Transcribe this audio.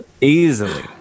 Easily